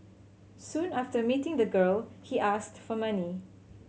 soon after meeting the girl he asked for money